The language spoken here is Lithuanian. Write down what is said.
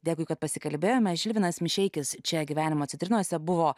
dėkui kad pasikalbėjome žilvinas mišeikis čia gyvenimo citrinose buvo